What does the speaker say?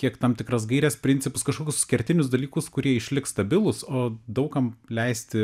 kiek tam tikras gaires principus kažkokius kertinius dalykus kurie išliks stabilūs o daug kam leisti